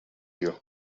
you